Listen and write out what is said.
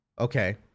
okay